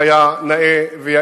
נמצאים כאן, כך היה נאה ויאה.